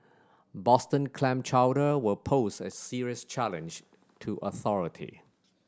Boston clam chowder will pose a serious challenge to authority